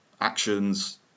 actions